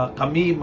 kami